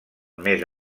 més